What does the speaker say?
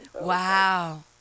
Wow